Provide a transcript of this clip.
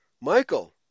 Michael